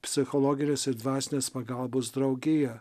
psichologinės ir dvasinės pagalbos draugiją